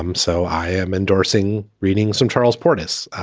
um so i am endorsing reading some charles portis.